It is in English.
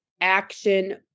action